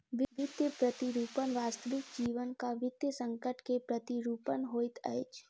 वित्तीय प्रतिरूपण वास्तविक जीवनक वित्तीय संकट के प्रतिरूपण होइत अछि